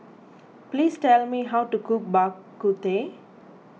please tell me how to cook Bak Kut Teh